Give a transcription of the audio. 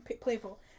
playful